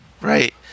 Right